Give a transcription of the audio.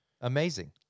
Amazing